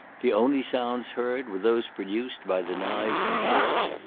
the only sounds heard were those produced by the knives and forks,